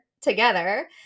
together